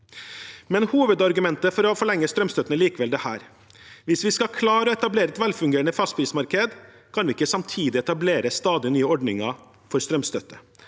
Hovedargumentet for å forlenge strømstøtten er likevel dette: Hvis vi skal klare å etablere et velfungerende fastprismarked, kan vi ikke samtidig etablere stadig nye ordninger for strømstøtte,